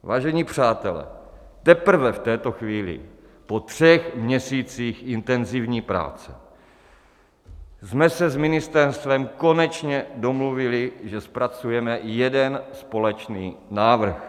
Vážení přátelé, teprve v této chvíli, po třech měsících intenzivní práce, jsme se s ministerstvem konečně domluvili, že zpracujeme jeden společný návrh.